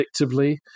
predictably